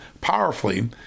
powerfully